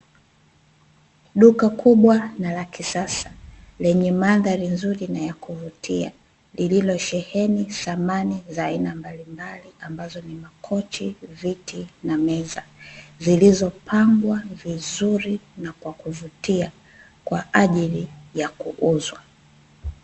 Duka kubwa na la kisasa, lenye mandhari nzuri na ya kuvutia, lililosheheni samani za aina mbalimbali ambazo ni, makochi, viti, na meza, zilizopangwa vizuri , na kwa kuvutia, kwaajili ya kuuzwa.